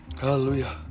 Hallelujah